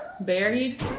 buried